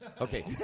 Okay